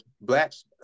Blacks